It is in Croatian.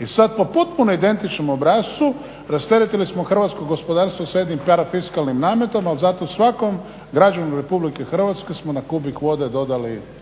I sad po potpuno identičnom obrascu rasteretili smo hrvatsko gospodarstvo sa jednim parafiskalnim nametom, ali zato svakom građaninu Republike Hrvatske smo na kubik vode dodali kunu